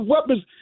weapons